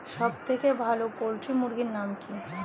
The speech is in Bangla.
সবথেকে ভালো পোল্ট্রি মুরগির নাম কি?